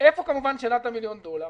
איפה שאלת המיליון דולר?